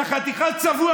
יא חתיכת צבוע,